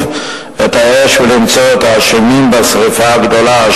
את האש ולמצוא את ה"אשמים" בשרפה הגדולה.